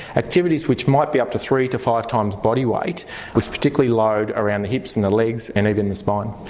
activities which might be up to three to five times bodyweight which particularly load around the hips and the legs and even the spine.